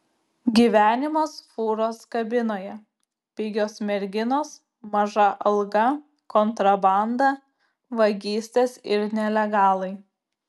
gyvenimas fūros kabinoje pigios merginos maža alga kontrabanda vagystės ir nelegalai